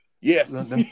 Yes